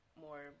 more